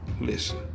listen